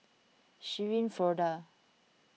Shirin Fozdar